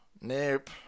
Nope